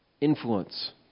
influence